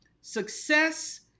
Success